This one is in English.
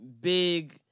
big